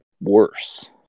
worse